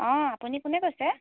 অঁ আপুনি কোনে কৈছে